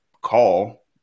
call